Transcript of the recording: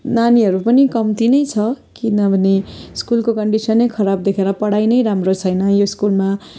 नानीहरू पनि कम्ती नै छ किनभने स्कुलको कन्डिसनै खराब देखेर पढाइ नै राम्रो छैन यो स्कुलमा